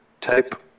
type